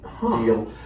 deal